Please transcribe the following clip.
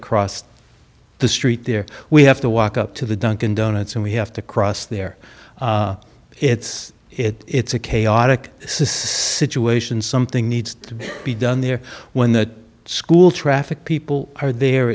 across the street there we have to walk up to the dunkin donuts and we have to cross there it's it's a chaotic says situation something needs to be done there when the school traffic people are there